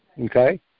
okay